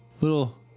Little